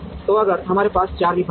तो अगर हमारे पास 4 विभाग हैं